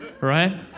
right